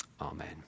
Amen